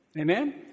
Amen